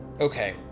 Okay